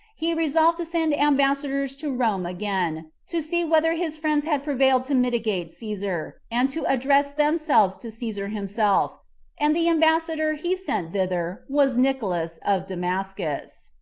he resolved to send ambassadors to rome again, to see whether his friends had prevailed to mitigate caesar, and to address themselves to caesar himself and the ambassador he sent thither was nicolans of damascus.